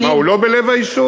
מה, הוא לא בלב היישוב?